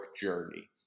journey